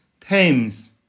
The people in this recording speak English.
tames